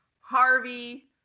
Harvey